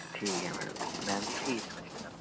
ठीक ऐ madam ji madam ji fees सनाई ओड़ो